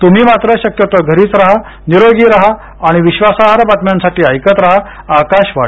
तुम्ही मात्र शक्यतो घरीच रहा निरोगी रहा आणि विश्वासार्ह बातम्यांसाठी ऐकत रहा आकाशवाणी